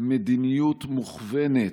מדיניות מוכוונת,